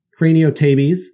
Craniotabes